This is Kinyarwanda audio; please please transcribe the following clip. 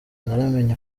ntaramenya